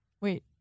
wait